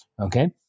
Okay